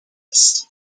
list